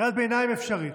קריאת ביניים אפשרית,